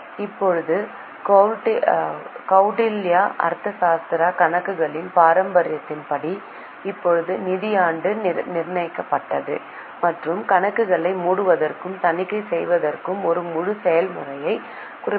இப்போதுகௌடில்யா Arthashastra கணக்குகளின் பராமரிப்பின் படி இப்போது நிதியாண்டு நிர்ணயிக்கப்பட்டது மற்றும் கணக்குகளை மூடுவதற்கும் தணிக்கை செய்வதற்கும் ஒரு முழு செயல்முறை குறிப்பிடப்பட்டுள்ளது